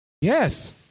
Yes